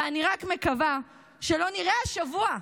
ואני רק מקווה שלא נראה השבוע,